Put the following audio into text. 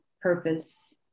purpose